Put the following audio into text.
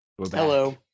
Hello